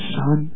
son